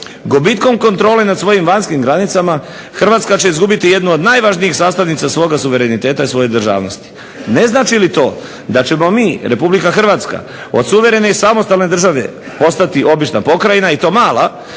Gubitkom kontrole nad svojim vanjskim granicama Hrvatska će izgubiti jednu od najvažnijih sastavnica svoga suvereniteta i svoje državnosti. Ne znači li to da ćemo mi Republika Hrvatska od suverene i samostalne države postati obična pokrajina i to mala